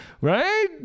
right